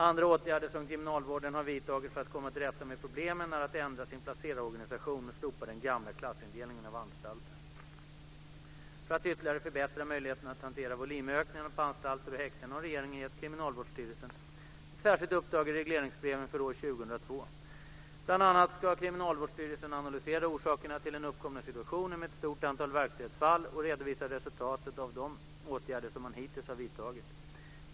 Andra åtgärder som kriminalvården har vidtagit för att komma till rätta med problemen är att ändra sin placerarorganisation och slopa den gamla klassindelningen av anstalter. För att ytterligare förbättra möjligheterna att hantera volymökningarna på anstalter och häkten har regeringen gett Kriminalvårdsstyrelsen ett särskilt uppdrag i regleringsbrevet för år 2002. Bl.a. ska Kriminalvårdsstyrelsen analysera orsakerna till den uppkomna situationen med ett stort antal verkställighetsfall och redovisa resultaten av de åtgärder som man hittills har vidtagit.